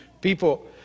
People